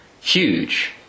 huge